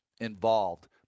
involved